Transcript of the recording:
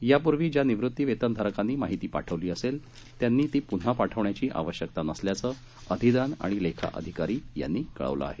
यापूर्वी ज्या निवृत्तीवेतनधारकांनी माहिती पाठविली असेल त्यांनी पुन्हा पाठविण्याची आवश्यकता नसल्याचे अधिदान व लेखा अधिकारी यांनी कळविले आहे